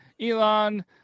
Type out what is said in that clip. Elon